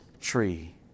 tree